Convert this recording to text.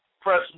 press